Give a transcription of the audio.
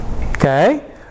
Okay